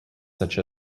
such